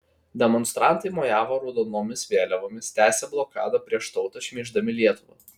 demonstrantai mojavo raudonomis vėliavomis tęsė blokadą prieš tautą šmeiždami lietuvą